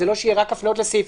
זה לא שיהיה רק הפניות לסעיפים,